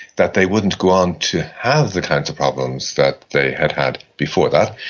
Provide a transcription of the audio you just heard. that they wouldn't go on to have the kinds of problems that they had had before that,